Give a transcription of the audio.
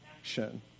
action